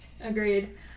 Agreed